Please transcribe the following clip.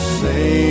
say